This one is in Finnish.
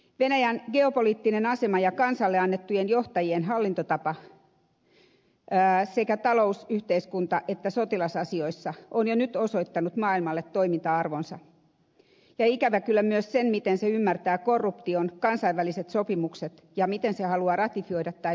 venäjän geopoliittinen asema ja kansalle annettujen johtajien hallintotapa sekä talous yhteiskunta että sotilasasioissa on jo nyt osoittanut maailmalle toiminta arvonsa ja ikävä kyllä myös sen miten se ymmärtää korruption kansainväliset sopimukset ja miten se haluaa ratifioida tai noudattaa niitä